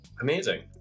amazing